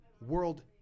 world